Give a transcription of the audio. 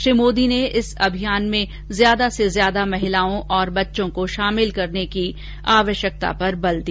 श्री मोदी ने इस अभियान में ज्यादा से ज्यादा महिलाओं और बच्चों को शामिल करने की जरूरत पर बल दिया